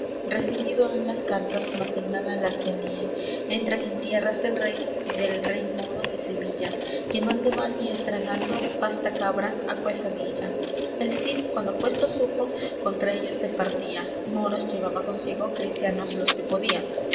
han las cartas mas en nada las tenían entran en tierras del rey del rey moro de sevilla quemando van y estragando fasta cabra aquesa villa el cid cuando aquesto supo contra ellos se partía moros llevaba consigo cristianos los que podía